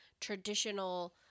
traditional